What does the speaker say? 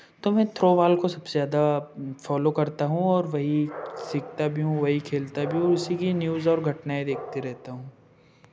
तो मैं throwball को सबसे ज़्यादा फॉलो करता हूँ और वही सीखता भी हूँ खेलता भी हूँ उसी की न्यूज़ और घटनाएँ देखते रहता हूँ